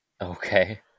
Okay